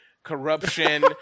Corruption